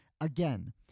Again